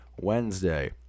Wednesday